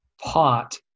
pot